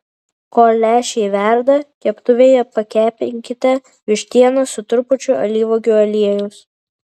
kol lęšiai verda keptuvėje pakepinkite vištieną su trupučiu alyvuogių aliejaus